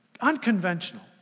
Unconventional